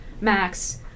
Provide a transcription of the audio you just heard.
Max